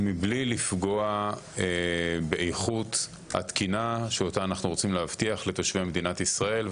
מבלי לפגוע באיכות התקינה שאותה אנחנו רוצים להבטיח לתושבי מדינת ישראל.